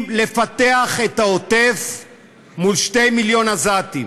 לפתח את העוטף מול שני מיליון עזתים.